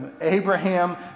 Abraham